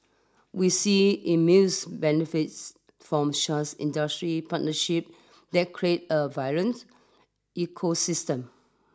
we see immense benefits from such industry partnership that create a vibrant ecosystem